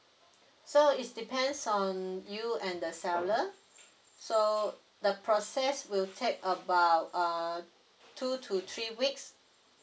so is depends on you and the seller so the process will take about err two to three weeks